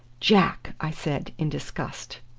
jack! i said in disgust.